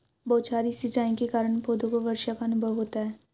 बौछारी सिंचाई के कारण पौधों को वर्षा का अनुभव होता है